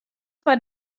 foar